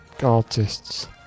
artists